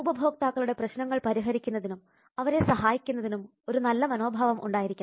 ഉപഭോക്താക്കളുടെ പ്രശ്നങ്ങൾ പരിഹരിക്കുന്നതിനും അവരെ സഹായിക്കുന്നതിനും ഒരു നല്ല മനോഭാവം ഉണ്ടായിരിക്കണം